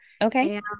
okay